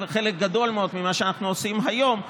וחלק גדול מאוד ממה שאנחנו עושים היום,